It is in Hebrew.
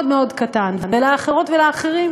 מאוד מאוד קטן, והאחרות והאחרים